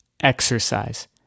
exercise